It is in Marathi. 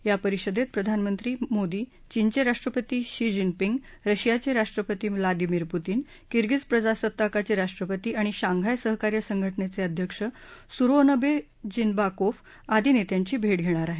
या परिषदेत प्रधानमंत्री मोदी चीनचे राष्ट्रपती शी जीन पिंग रशियाचे राष्ट्रपती व्लादिमिर पुतीन किरगीज प्रजासत्ताकाचे राष्ट्रपती आणि शांघाय सहकार्य संघटनेचे अध्यक्ष सुरोनवे जिनबाकोफ आदी नेत्यांची भेट घेणार आहेत